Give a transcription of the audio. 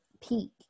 peak